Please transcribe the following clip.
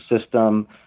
system